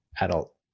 adult